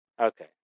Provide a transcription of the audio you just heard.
Okay